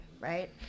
right